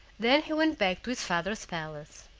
then he went back to his father's palace.